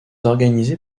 organisée